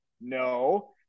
no